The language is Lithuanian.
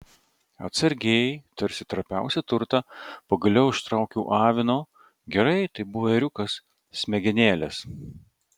atsargiai tarsi trapiausią turtą pagaliau ištraukiau avino gerai tai buvo ėriukas smegenėles